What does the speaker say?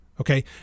Okay